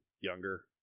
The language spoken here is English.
younger